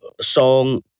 song